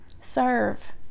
Serve